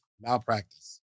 malpractice